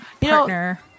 partner